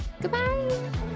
Goodbye